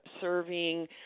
serving